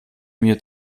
mir